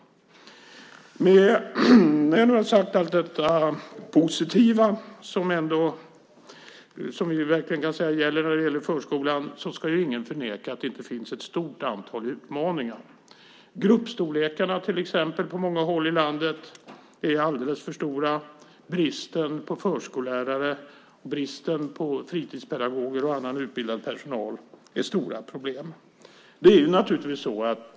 När jag har sagt allt detta positiva om förskolan ska ingen förneka att det ändå finns ett stort antal utmaningar. Grupperna är till exempel alldeles för stora på många håll i landet. Bristen på förskollärare, på fritidspedagoger och annan utbildad personal är ett stort problem.